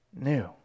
new